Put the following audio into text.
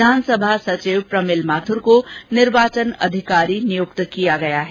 विधानसभा सचिव प्रमिल माथुर को निर्वाचन अधिकारी नियुक्त किया गया है